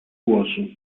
głosu